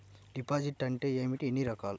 Deposit అంటే ఏమిటీ ఎన్ని రకాలు?